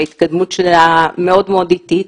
ההתקדמות שלה מאוד מאוד איטית,